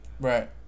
Right